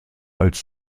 als